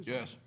Yes